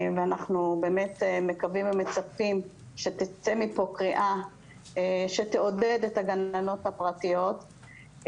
אנחנו באמת מקווים ומצפים שתצא מכאן קריאה שתעודד את הגננות הפרטיות.